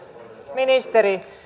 ministeri